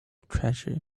treasure